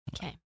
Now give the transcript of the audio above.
Okay